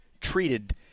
treated